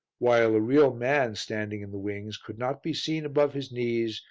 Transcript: while a real man standing in the wings could not be seen above his knees,